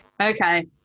okay